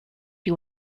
you